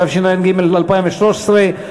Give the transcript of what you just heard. התשע"ג 2013,